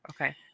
Okay